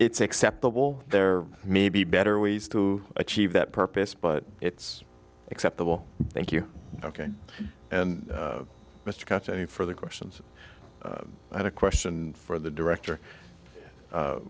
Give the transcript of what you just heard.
it's acceptable there may be better ways to achieve that purpose but it's acceptable thank you ok and mr katz any further questions i had a question for the director